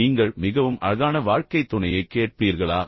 நீங்கள் மிகவும் அழகான அல்லது அழகான வாழ்க்கைத் துணையைக் கேட்பீர்களா